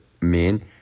men